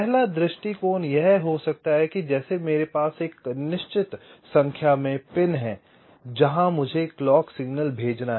पहला दृष्टिकोण यह हो सकता है कि जैसे मेरे पास एक निश्चित संख्या में पिन हैं जहां मुझे क्लॉक सिग्नल भेजना है